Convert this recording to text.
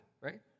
right